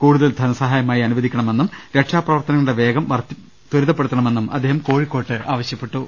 കൂടുതൽ ധനസഹായമായി അനുവദിക്കണമെന്നും രക്ഷാ പ്രവർത്തനങ്ങളുടെ വേഗം ത്വരിതപ്പെടുത്തണമെന്നും അദ്ദേഹം കോഴിക്കോട്ട് ആവശ്യപ്പെട്ടു